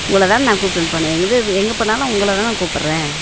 உங்களை தான் நான் கூப்பிட்டுன்னு போனேன் எது எது எங்கே போனாலும் உங்களை தான் நான் கூப்பிட்றேன்